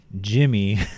Jimmy